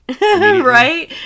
Right